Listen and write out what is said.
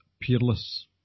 peerless